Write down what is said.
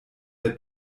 der